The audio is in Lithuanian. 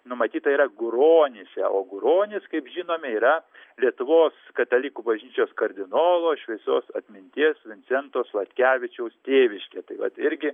numatyta yra guronyse o guronys kaip žinome yra lietuvos katalikų bažnyčios kardinolo šviesios atminties vincento sladkevičiaus tėviškė tai vat irgi